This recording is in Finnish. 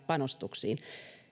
panostuksiin